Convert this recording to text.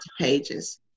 pages